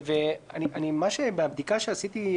בבדיקה שעשיתי,